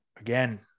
again